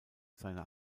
seine